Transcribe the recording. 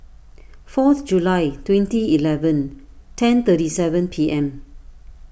fourth July twenty eleven ten thirty seven P M